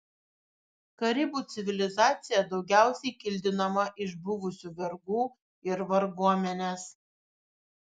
karibų civilizacija daugiausiai kildinama iš buvusių vergų ir varguomenės